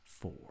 four